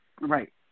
Right